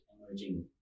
Emerging